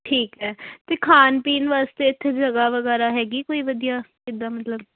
ਠੀਕ ਹੈ ਅਤੇ ਖਾਣ ਪੀਣ ਵਾਸਤੇ ਇੱਥੇ ਜਗ੍ਹਾ ਵਗੈਰਾ ਹੈਗੀ ਕੋਈ ਵਧੀਆ ਕਿੱਦਾਂ ਮਤਲਬ